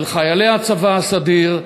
על חיילי הצבא הסדיר,